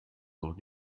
noch